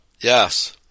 Yes